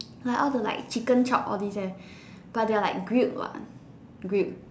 like all the like chicken chop all these eh but they are like grilled what grilled